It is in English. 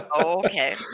Okay